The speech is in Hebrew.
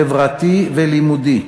חברתי ולימודי.